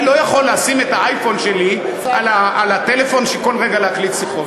אני לא יכול לשים את האייפון שלי על הטלפון וכל רגע להקליט שיחות.